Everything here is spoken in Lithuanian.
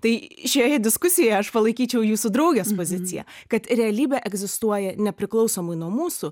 tai šioje diskusijoje aš palaikyčiau jūsų draugės poziciją kad realybė egzistuoja nepriklausomai nuo mūsų